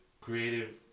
creative